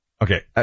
Okay